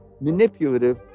manipulative